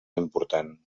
important